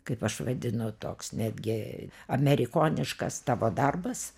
kaip aš vadinu toks netgi amerikoniškas tavo darbas